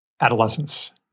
adolescence